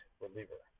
reliever